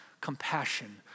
compassion